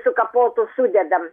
sukapotus sudedam